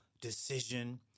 decision